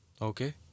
Okay